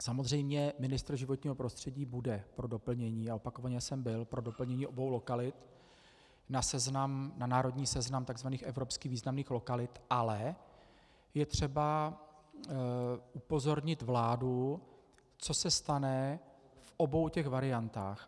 Samozřejmě ministr životního prostředí bude pro doplnění, a opakovaně jsem byl pro doplnění obou lokalit na národní seznam takzvaných evropsky významných lokalit, ale je třeba upozornit vládu, co se stane v obou těch variantách.